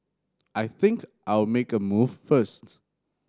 I think I'll make a move first